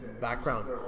background